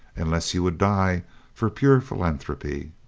unless you would die for pure philanthropy.